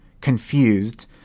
Confused